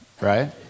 right